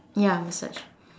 ya massage